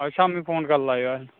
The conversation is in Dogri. शामी फोन करी लैओ